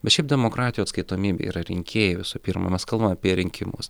bet šiaip demokratijų atskaitomybė yra rinkėjui visų pirma mes kalbam apie rinkimus